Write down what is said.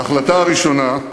ההחלטה הראשונה היא,